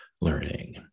learning